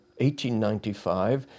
1895